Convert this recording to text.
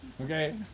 Okay